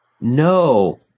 no